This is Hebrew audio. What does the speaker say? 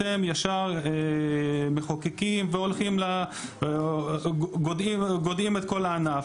אתם ישר מחוקקים והולכים וגודעים את כל הענף,